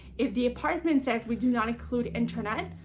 if the apartment says we do not include internet,